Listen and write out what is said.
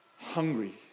hungry